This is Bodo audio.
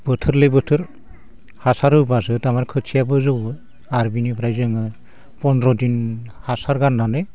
बोथोर लायै बोथोर हासार होबासो तारमाने खोथियायाबो जौवो आरो बेनिफ्राय जोङो फनद्र' दिन हासार गारनानै